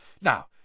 Now